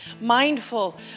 mindful